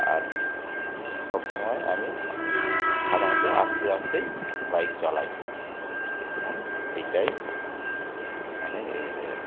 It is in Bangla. আর সব সমময় আমি সাধারণত আস্তে আস্তেই বাইক চালাই এ এখন এইটাই অনেক এ হয়ে গেছে